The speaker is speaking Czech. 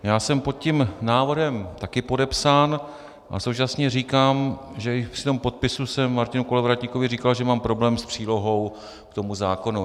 Já jsem pod tím návrhem také podepsán a současně říkám, že i při tom podpisu jsem Martinu Kolovratníkovi říkal, že mám problém s přílohou k tomu zákonu.